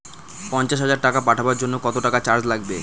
পণ্চাশ হাজার টাকা পাঠানোর জন্য কত টাকা চার্জ লাগবে?